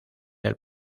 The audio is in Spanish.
del